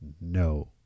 no